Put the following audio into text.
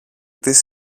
της